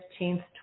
15th